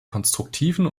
konstruktiven